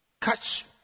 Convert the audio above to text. Catch